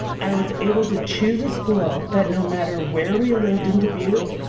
i was able to choose a school that no matter where we lived in dubuque,